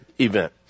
event